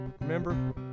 remember